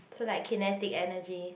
so like kinetic energy